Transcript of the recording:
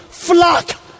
flock